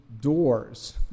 doors